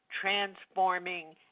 transforming